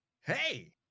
Hey